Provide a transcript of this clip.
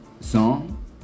Song